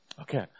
Okay